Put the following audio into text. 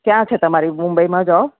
ક્યાં છે તમારી મુંબઇમાં જોબ